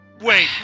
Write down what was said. Wait